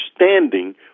understanding